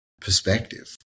perspective